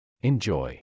Enjoy